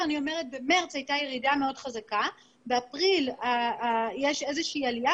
במרץ הייתה ירידה מאוד חזקה ובאפריל איזו שהיא עלייה,